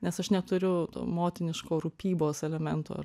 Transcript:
nes aš neturiu motiniško rūpybos elemento